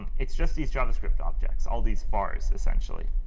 it's just these javascript objects, all these vars, essentially.